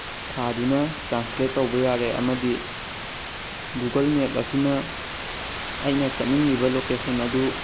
ꯊꯥꯗꯨꯅ ꯇ꯭ꯔꯥꯟꯂꯦꯠ ꯇꯧꯕ ꯌꯥꯔꯦ ꯑꯃꯗꯤ ꯒꯨꯒꯜ ꯃꯦꯞ ꯑꯁꯤꯅ ꯑꯩꯅ ꯆꯠꯅꯤꯡꯂꯤꯕ ꯂꯣꯀꯦꯁꯟ ꯑꯗꯨ